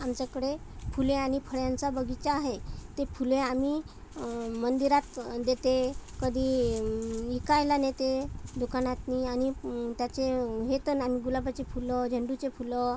आमच्याकडे फुले आणि फळे यांचा बगिचा आहे ती फुले आम्ही मंदिरात देते कधी विकायला नेते दुकानात आणि त्याचे हे तर नाही आम्ही गुलाबाची फुलं झेंडुची फुलं